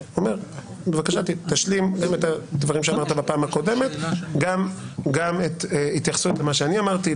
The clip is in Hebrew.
בבקשה תשלים את הדברים שאמרת בפעם הקודמת וגם התייחסות למה שאני אמרתי,